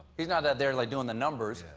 he's not there like doing the numbers.